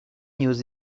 news